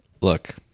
Look